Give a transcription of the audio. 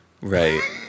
Right